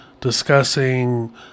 discussing